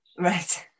right